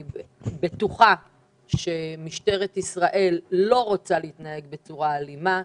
אני בטוחה שמשטרת ישראל לא רוצה להתנהג בצורה אלימה.